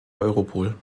europol